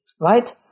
right